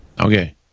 Okay